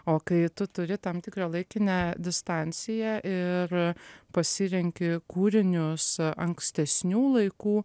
o kai tu turi tam tikrą laikinę distanciją ir pasirenki kūrinius ankstesnių laikų